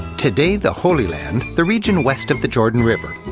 today, the holy land, the region west of the jordan river,